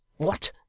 what